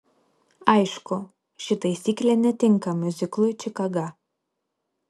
aišku ši taisyklė netinka miuziklui čikaga